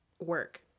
work